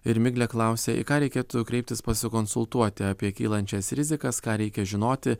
ir miglė klausia į ką reikėtų kreiptis pasikonsultuoti apie kylančias rizikas ką reikia žinoti